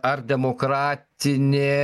ar demokratinė